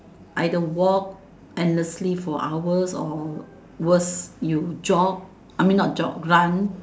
either walk endlessly for hours or worse you jog I mean not jog run